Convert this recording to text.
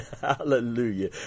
Hallelujah